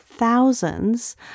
thousands